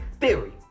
theory